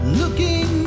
looking